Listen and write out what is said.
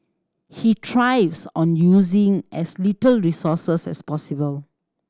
he thrives on using as little resources as possible